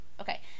Okay